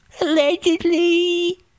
Allegedly